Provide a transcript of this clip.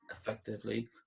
effectively